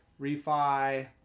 refi